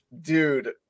dude